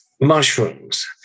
mushrooms